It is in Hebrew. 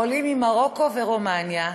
עולים ממרוקו ורומניה,